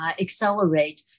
accelerate